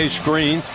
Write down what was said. screen